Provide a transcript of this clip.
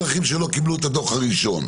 של אזרחים שלא קיבלו את הדוח הראשון,